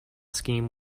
scheme